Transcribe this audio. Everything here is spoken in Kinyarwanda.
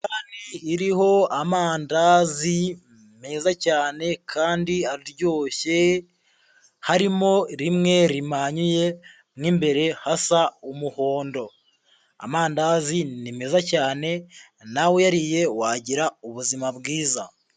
Isahani iriho amandazi meza cyane kandi aryoshye, harimo rimwe rimanyuye mu imbere hasa umuhondo, amandazi ni meza cyane nawe uyariye wagira ubuzima bwiza.